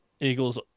Eagles